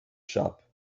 shop